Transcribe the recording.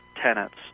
tenants